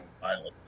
violence